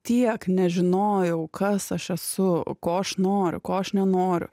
tiek nežinojau kas aš esu ko aš noriu ko aš nenoriu